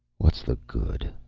what's the good?